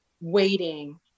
waiting